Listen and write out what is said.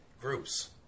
groups